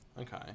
Okay